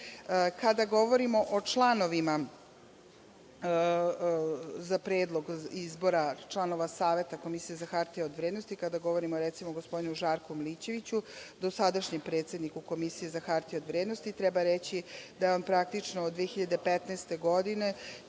govorimo o predlogu za izbor članova Saveta Komisije za hartije od vrednosti, kada govorimo, recimo, o gospodinu Žarku Milićeviću, dosadašnjem predsedniku Komisije za hartije od vrednosti, treba reći da je on praktično od 2015. godine